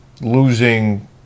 losing